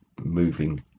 moving